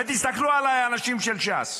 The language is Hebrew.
ותסתכלו עליי האנשים של ש"ס.